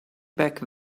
back